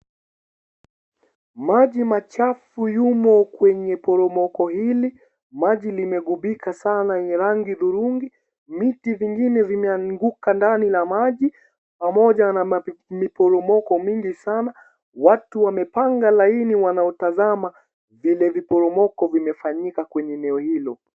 Maji machafu yumo kwenye poromoko hili. Maji limeghubika Sana ya rangi dhurungi . Miti zingine zimeanguka ndani la maji pamoja na miporomoko mingi Sana. Watu wamepanga laini wanautazama vile viporomoko vimefanyika kwenye eneo hilo.